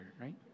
right